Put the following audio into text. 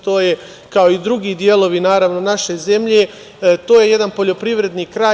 To je, kao i drugi delovi naravno naše zemlje, to je jedan poljoprivredni kraj.